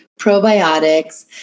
probiotics